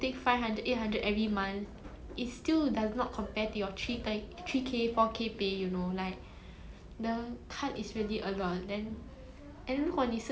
ya